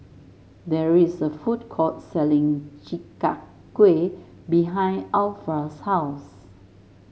there is a food court selling Chi Kak Kuih behind Alpha's house